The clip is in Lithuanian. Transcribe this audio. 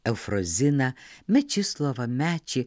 eufroziną mečislovą mečį